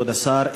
כבוד השר,